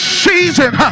season